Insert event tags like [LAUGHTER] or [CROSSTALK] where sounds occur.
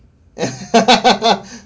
[LAUGHS]